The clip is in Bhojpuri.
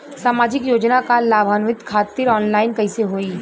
सामाजिक योजना क लाभान्वित खातिर ऑनलाइन कईसे होई?